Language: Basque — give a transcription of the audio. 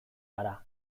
gara